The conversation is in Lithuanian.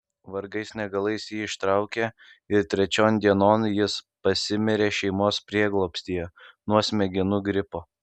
vargais negalais jį ištraukė ir trečion dienon jis pasimirė šeimos prieglobstyje nuo smegenų gripo